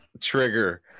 trigger